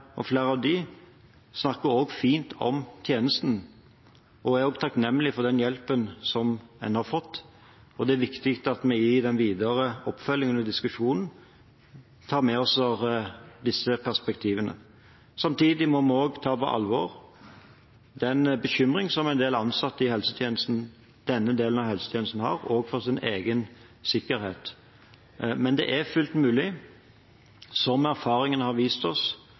og flere av dem, snakker også fint om tjenesten, og jeg er takknemlig for den hjelpen som en har fått, og det er viktig at vi i den videre oppfølgingen og diskusjonen tar med oss disse perspektivene. Samtidig må vi også ta på alvor den bekymring som en del ansatte i denne delen av helsetjenesten har for sin egen sikkerhet, men det er fullt mulig. Som erfaringen har vist oss